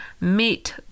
meet